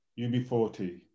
UB40